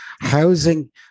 housing